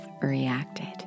reacted